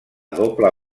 doble